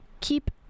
keep